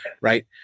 Right